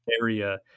area